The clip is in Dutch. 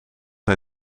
hij